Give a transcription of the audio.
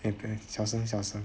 eh 别小声小声